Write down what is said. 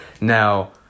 Now